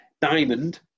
Diamond